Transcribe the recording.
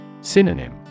Synonym